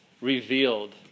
revealed